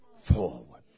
forward